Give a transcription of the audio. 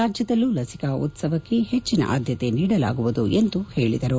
ರಾಜ್ಡದಲ್ಲೂ ಲಸಿಕಾ ಉತ್ಸವಕ್ಕೆ ಹೆಚ್ಚಿನ ಆದ್ದತೆ ನೀಡಲಾಗುವುದು ಎಂದರು